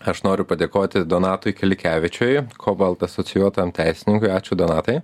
aš noriu padėkoti donatui kilikevičiui kobalt asocijuotam teisininkui ačiū donatai